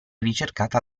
ricercata